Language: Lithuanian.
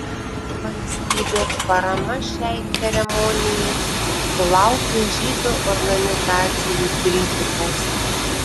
valstybės parama šiai ceremonijai sulaukė žydų organizacijų kritikos